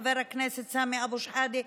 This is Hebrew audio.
חבר הכנסת סמי אבו שחאדה,